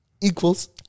equals